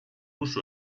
uso